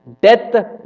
Death